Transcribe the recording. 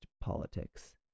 politics